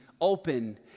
open